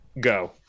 go